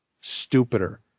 stupider